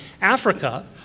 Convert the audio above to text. Africa